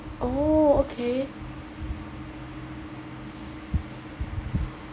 oh okay